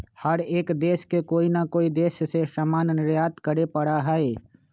हर एक देश के कोई ना कोई देश से सामान निर्यात करे पड़ा हई